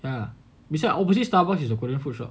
ya beside opposite starbucks is a korean food shop